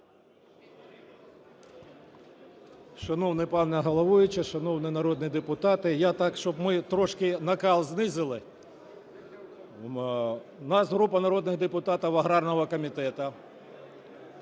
Шановна пані головуюча, шановні народні депутати! Я так, щоб ми трошки накал знизили. Наша група народних депутатів аграрного комітету